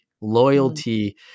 loyalty